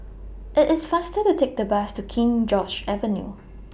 IT IS faster to Take The Bus to King George's Avenue